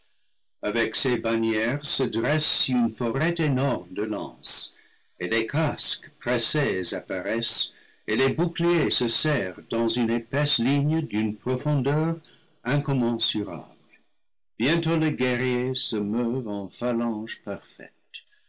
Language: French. avec ces bannières se dresse une forêt énorme de lances elles casques pressés apparaissent et les boucliers se serrent dans une épaisse ligne d'une profondeur incommensurable bientôt les guerriers se meuvent en phalange parfaite